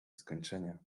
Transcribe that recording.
skończenia